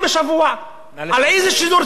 על איזה שידור ציבורי אתם מדברים?